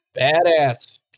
badass